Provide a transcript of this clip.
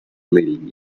leading